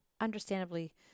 understandably